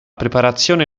preparazione